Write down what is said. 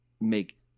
make